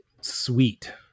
sweet